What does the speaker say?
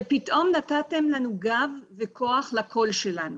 זה פתאום נתתם לנו גב וכוח לקול שלנו